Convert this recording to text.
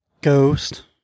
ghost